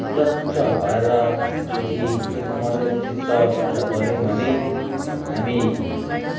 स्वच्छ भएर यदि एक मन एक चित्त भएर गर्यौँ भने हामी